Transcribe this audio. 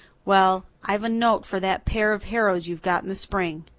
well, i've a note for that pair of harrows you've got in the spring.